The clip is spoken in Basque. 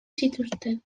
zituzten